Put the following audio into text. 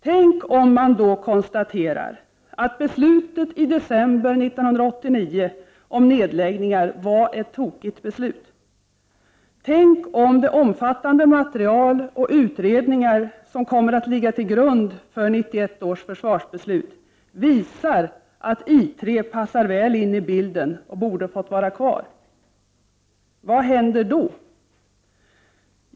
Tänk om man då konstaterar, att beslutet i december 1989 om nedläggningar var ett tokigt beslut! Tänk om de utredningar och det omfattande material som kommer att ligga till grund för 91 års försvarsbeslut visar att I 3 passar väl in i bilden och borde fått vara kvar! Vad händer då?